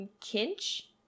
Kinch